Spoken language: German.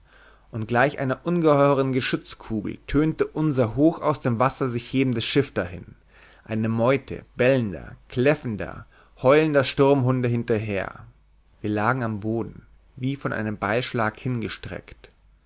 und gleich einer ungeheuren geschützkugel tönte unser hoch aus den wassern sich hebendes schiff dahin eine meute bellender kläffender heulender sturmhunde hinterher wir lagen am boden wie vom beilschlag hingestreckt